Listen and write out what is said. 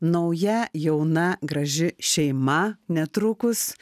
nauja jauna graži šeima netrukus